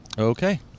Okay